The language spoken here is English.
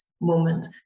moment